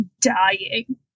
dying